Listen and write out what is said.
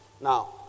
Now